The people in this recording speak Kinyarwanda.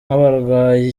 nk’abarwayi